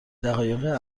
دقایق